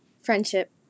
friendship